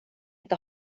inte